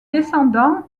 descendants